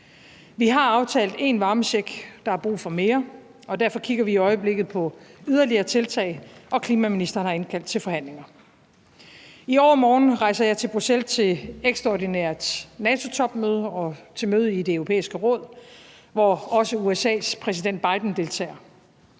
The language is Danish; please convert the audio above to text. Vi har aftalt én varmecheck. Der er brug for mere, og derfor kigger vi i øjeblikket på yderligere tiltag, og klimaministeren har indkaldt til forhandlinger. I overmorgen rejser jeg til Bruxelles til ekstraordinært NATO-topmøde og til møde i Det Europæiske Råd, hvor også USA's præsident Biden deltager.